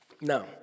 No